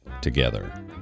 together